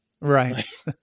Right